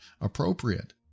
appropriate